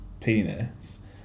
penis